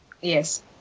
Yes